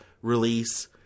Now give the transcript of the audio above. release